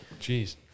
Jeez